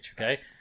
okay